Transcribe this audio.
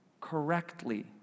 correctly